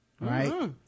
right